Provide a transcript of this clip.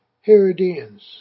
Herodians